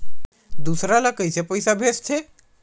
दूसरा ला कइसे पईसा भेजथे?